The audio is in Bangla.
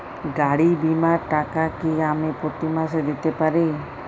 গাড়ী বীমার টাকা কি আমি প্রতি মাসে দিতে পারি?